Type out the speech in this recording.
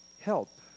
help